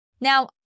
Now